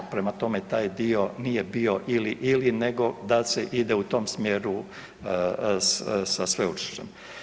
Prema tome, taj dio nije bio ili-ili nego da se ide u tom smjeru sa sveučilištem.